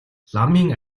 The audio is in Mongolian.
ламын